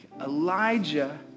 Elijah